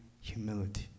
humility